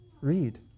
read